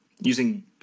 using